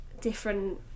different